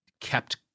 kept